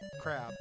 crab